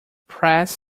press